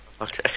Okay